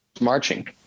marching